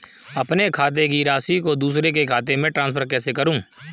अपने खाते की राशि को दूसरे के खाते में ट्रांसफर कैसे करूँ?